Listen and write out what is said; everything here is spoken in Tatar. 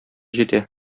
җитә